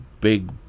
big